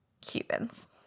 Cubans